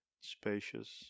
spacious